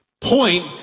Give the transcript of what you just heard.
point